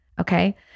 Okay